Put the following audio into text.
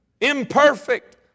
imperfect